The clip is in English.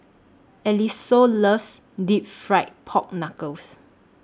Eliseo loves Deep Fried Pork Knuckles